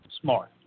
Smart